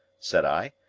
said i,